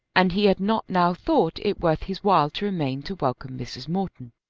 and he had not now thought it worth his while to remain to welcome mrs. morton.